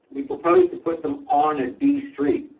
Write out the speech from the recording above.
we propose to put them on a b street,